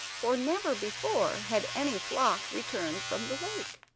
for never before had any flock returned from the lake.